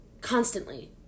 Constantly